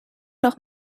doch